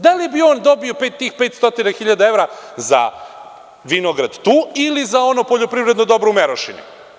Da li bi on dobio tih 500 hiljada evra za vinograd tu, ili za ono poljoprivredno dobro u Merošini?